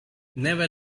never